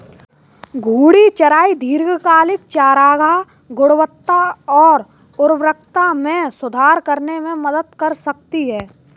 घूर्णी चराई दीर्घकालिक चारागाह गुणवत्ता और उर्वरता में सुधार करने में मदद कर सकती है